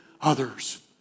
others